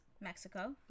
Mexico